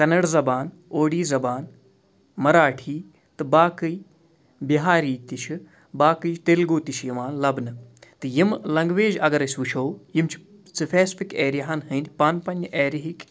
کَنڈ زبان اوڈی زبان مَراٹھی تہٕ باقٕے بِہاری تہِ چھِ باقٕے تیٚلگوٗ تہِ چھِ یِوان لَبنہٕ تہٕ یِم لنٛگویج اَگر أسۍ وٕچھو یِم چھِ سٕفیسپِک ایریاہَن ہٕنٛدۍ پانہٕ پنٛنہِ ایریِہٕکۍ